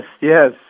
yes